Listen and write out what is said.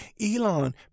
Elon